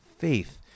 faith